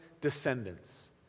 descendants